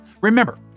Remember